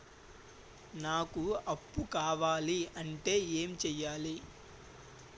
నాకు అప్పు కావాలి అంటే ఎం చేయాలి?